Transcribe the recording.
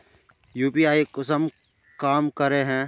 UPI कुंसम काम करे है?